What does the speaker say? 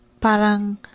Parang